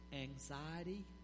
anxiety